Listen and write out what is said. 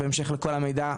בהמשך לכל המידע,